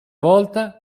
volta